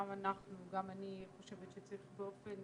גם אני חושבת שצריך באופן